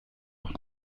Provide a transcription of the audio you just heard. noch